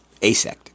asect